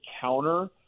counter